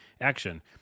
action